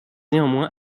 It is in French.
néanmoins